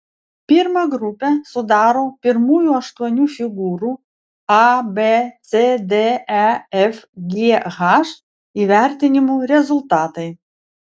pirmą grupę sudaro pirmųjų aštuonių figūrų a b c d e f g h įvertinimų rezultatai